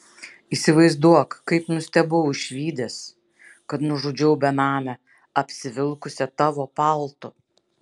įsivaizduok kaip nustebau išvydęs kad nužudžiau benamę apsivilkusią tavo paltu